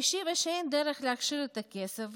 והשיבה שאין דרך להעביר את הכסף,